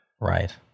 Right